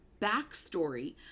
backstory